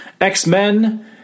X-Men